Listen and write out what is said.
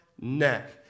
neck